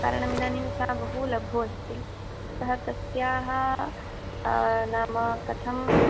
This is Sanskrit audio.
कारणमिदानीं सा बहुलघु अस्ति अतः तस्याः नाम कथं